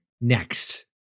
next